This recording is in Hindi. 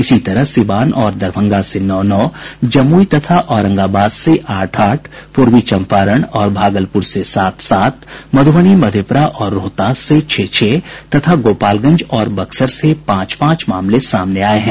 इसी तरह सिवान और दरभंगा से नौ नौ जमुई तथा औरंगाबाद से आठ आठ पूर्वी चंपारण और भागलपुर से सात सात मधुबनी मधेपुरा और रोहतास से छह छह तथा गोपालगंज और बक्सर से पांच पांच मामले सामने आये हैं